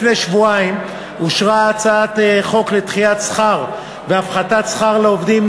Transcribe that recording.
לפני כשבועיים אושרה הצעת חוק לדחיית שכר והפחתת שכר לעובדים,